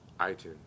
iTunes